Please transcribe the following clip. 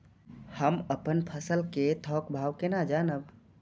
हम अपन फसल कै थौक भाव केना जानब?